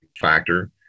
factor